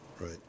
right